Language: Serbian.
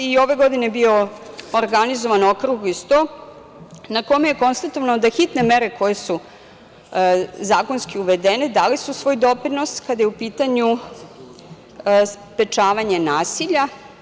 I ove godine je bio organizovan okrugli sto, na kome je konstatovano da hitne mere koje su zakonski uvedene, dale su svoj doprinos kada je u pitanju sprečavanje nasilja.